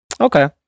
okay